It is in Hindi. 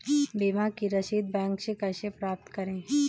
बीमा की रसीद बैंक से कैसे प्राप्त करें?